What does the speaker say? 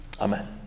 Amen